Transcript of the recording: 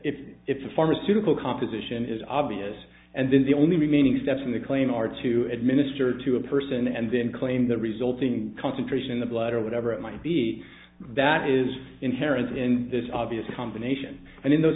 the pharmaceutical composition is obvious and then the only remaining steps in the claim are to administer to a person and then claim the resulting concentration in the blood or whatever it might be that is inherent in this obvious combination and in those